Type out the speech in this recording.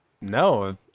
No